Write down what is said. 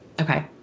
okay